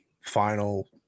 final